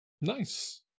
nice